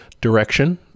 direction